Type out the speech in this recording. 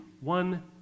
One